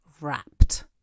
wrapped